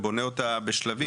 והוא בונה אותה בשלבים.